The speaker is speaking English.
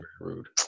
rude